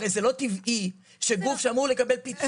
הרי זה לא טבעי שגוף שאמור לקבל פיצוי,